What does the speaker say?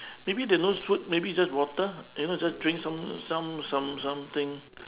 maybe there no food maybe it's just water you know just drink some some some some something